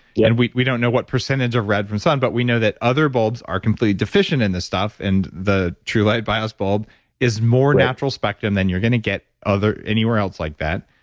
yeah and we we don't know what percentage of red from sun, but we know that other bulbs are completely deficient in this stuff and the truelight bios bulb is more natural spectrum than you're going to get anywhere else like that.